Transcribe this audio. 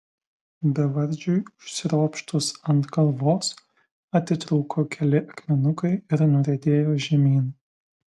bevardžiui užsiropštus ant kalvos atitrūko keli akmenukai ir nuriedėjo žemyn